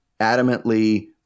adamantly